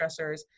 stressors